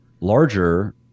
larger